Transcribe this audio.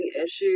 issues